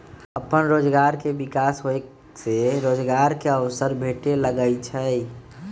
अप्पन रोजगार के विकास होय से रोजगार के अवसर भेटे लगैइ छै